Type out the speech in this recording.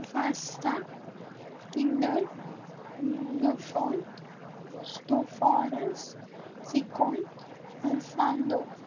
उफास्ता किंदर बफन स्टोफारस सिकोन अल्फांदो